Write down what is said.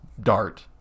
dart